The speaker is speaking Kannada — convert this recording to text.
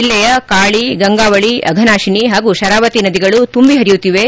ಜಿಲ್ಲೆಯ ಕಾಳಿ ಗಂಗಾವಳಿ ಅಘನಾಶಿನಿ ಹಾಗೂ ಶರಾವತಿ ನದಿಗಳು ತುಂಬಿ ಹರಿಯುತ್ತಿವೆ